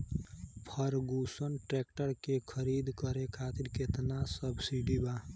Ferguson tractor के खरीद करे खातिर केतना सब्सिडी बा?